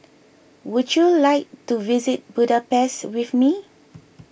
would you like to visit Budapest with me